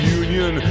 union